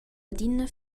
adina